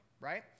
right